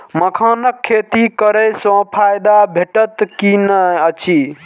मखानक खेती करे स फायदा भेटत की नै अछि?